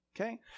Okay